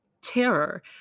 terror